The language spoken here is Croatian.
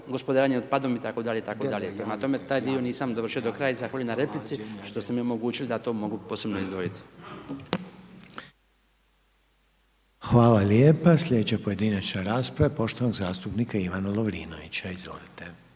gospodarenje otpadom itd. itd. Prema tome taj dio nisam dovršio do kraja i zahvaljujem na replici što ste mi omogućili da to mogu posebno izdvojiti. **Reiner, Željko (HDZ)** Hvala lijepa. Sljedeća pojedinačna rasprava je poštovanog zastupnika Ivana Lovirnovića, izvolite.